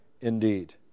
indeed